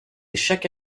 chaque